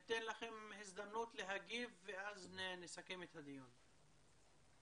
בוקר טוב לכולם, אני שמעתי את הדיון המעניין